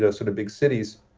yeah sort of big cities.